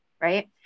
right